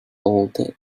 alter